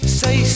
say